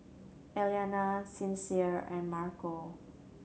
Alayna Sincere and Marco